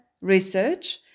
research